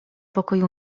pokoju